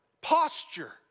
posture